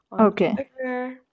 okay